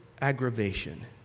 aggravation